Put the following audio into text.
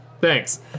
Thanks